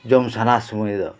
ᱡᱚᱢ ᱥᱟᱱᱟ ᱥᱳᱢᱚᱭ ᱫᱚ